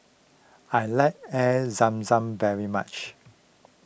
I like Air Zam Zam very much